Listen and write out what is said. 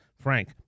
Frank